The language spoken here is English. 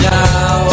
now